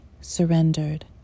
surrendered